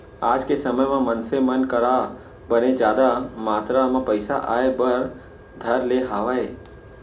आज के समे म मनसे मन करा बने जादा मातरा म पइसा आय बर धर ले हावय